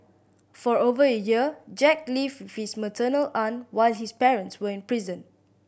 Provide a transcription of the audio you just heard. for over a year Jack lived with his maternal aunt while his parents were in prison